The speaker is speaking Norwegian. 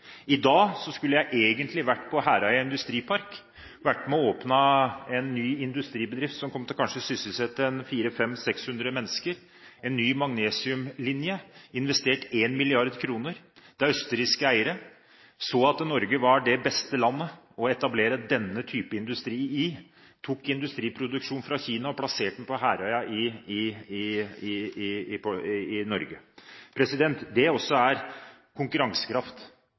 I dag skulle jeg egentlig ha vært på Herøya Industripark og åpnet en ny industribedrift som kanskje kommer til å sysselsette 400–500–600 mennesker. Det er en ny magnesiumlinje, 1 mrd. kr er investert. Det er østerrikske eiere. De så at Norge var det beste landet å etablere denne type industri i, hentet industriproduksjonen fra Kina og plasserte den på Herøya i Norge. Det er konkurransekraft. Det er tiltrekningskraft. Det er også et grunnlag for investeringer. Stabiliteten, tryggheten, forutsigbarheten og langsiktigheten er